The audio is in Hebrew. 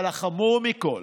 אבל החמור מכול,